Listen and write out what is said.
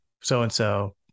so-and-so